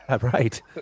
Right